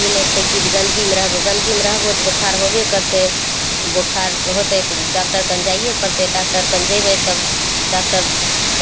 ई नहि छै कि गन्दगीमे रहबू गन्दगीमे रहबहो तऽ बोखार होबे करतै बोखार होतै तऽ डाक्टर कन जाइए पड़तै डाक्टर कन जैबै तब डाक्टर